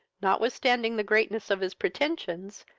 notwithstanding the greatness of his pretensions,